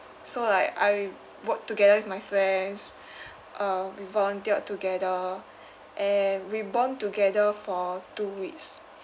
so like I work together with my friends uh we volunteered together and we bond together for two weeks